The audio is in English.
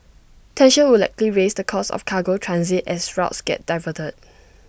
tensions would likely raise the cost of cargo transit as routes get diverted